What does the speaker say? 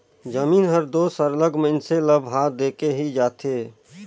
जमीन हर दो सरलग मइनसे ल भाव देके ही जाथे